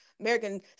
American